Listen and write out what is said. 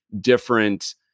different